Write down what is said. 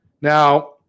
Now